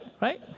Right